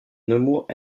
nemours